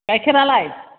गाइखेरालाय